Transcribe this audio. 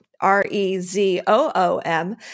R-E-Z-O-O-M